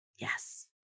Yes